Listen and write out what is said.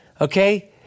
okay